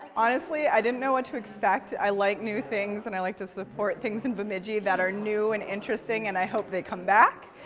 honestly i didn't know what to expect. i like new things and like to support things in bemidji that are new and interesting and i hope they come back.